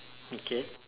okay